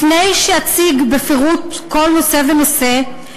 לפני שאציג בפירוט כל נושא ונושא,